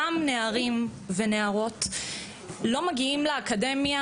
אותם נערים ונערות לא מגיעים לאקדמיה,